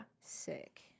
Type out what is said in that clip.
Sick